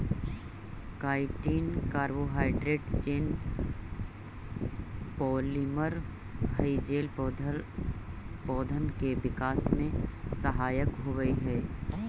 chitin carbohydrate chain polymer हई जे पौधन के विकास में सहायक होवऽ हई